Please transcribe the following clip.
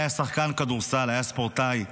איתי היה שחקן כדורסל, היה ספורטאי,